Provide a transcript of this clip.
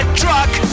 truck